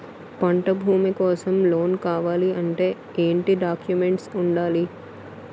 పంట భూమి కోసం లోన్ కావాలి అంటే ఏంటి డాక్యుమెంట్స్ ఉండాలి?